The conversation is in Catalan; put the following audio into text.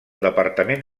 departament